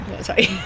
sorry